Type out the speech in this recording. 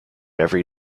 every